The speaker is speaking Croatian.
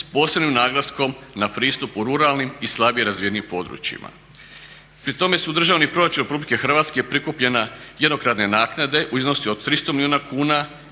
s posebnim naglaskom na pristup u ruralnim i slabije razvijenim područjima. Pri tome su u Državni proračun RH prikupljene jednokratne naknade u iznosu od 300 milijuna kuna